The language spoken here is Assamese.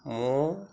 মোৰ